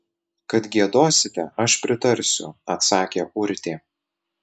kad giedosite aš pritarsiu atsakė urtė